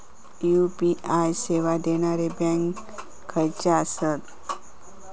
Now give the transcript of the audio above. UPI सेवा देणारे bank खयचे आसत?